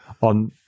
on